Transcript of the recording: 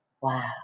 Wow